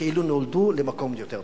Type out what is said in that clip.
כאילו נולדו למקום יותר טוב.